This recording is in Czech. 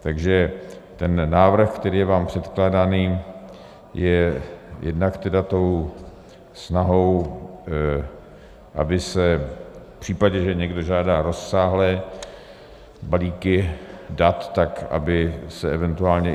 Takže ten návrh, který je vám předkládán, je jednak snahou, aby se v případě, že někdo žádá rozsáhlé balíky dat, tak aby se event.